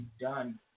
done